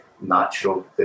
natural